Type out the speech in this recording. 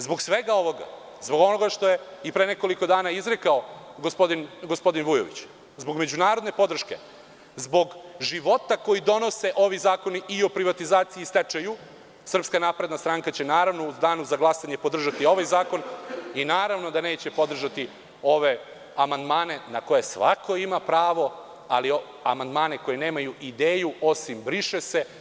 Zbog svega ovoga, zbog onoga što je i pre nekoliko dana izrekao gospodin Vujović, zbog međunarodne podrške, zbog života koji donose ovi zakoni, i o privatizaciji i o stečaju, SNS će u danu za glasanje podržati ovaj zakon i naravno da neće podržati ove amandmane na koje svako ima pravo, ali amandmane koji nemaju ideju osim – briše se.